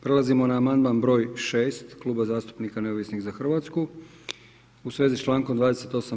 Prelazimo na amandman br. 6 Kluba zastupnika Neovisnih za Hrvatsku, u svezi s čl. 28.